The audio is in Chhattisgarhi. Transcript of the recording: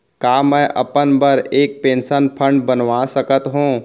का मैं अपन बर एक पेंशन फण्ड बनवा सकत हो?